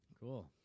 cool